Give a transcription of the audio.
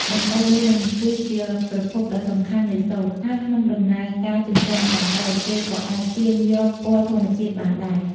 ដង្កូវនាង គឺជាប្រភពដ៏សំខាន់នៃសូត្រ ហើយក្នុងដំណើរការចិញ្ចឹមដង្កូវ គេក៏អាចទាញយកពណ៌ធម្មជាតិបានដែរ។